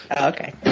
Okay